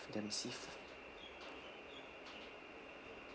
dempsey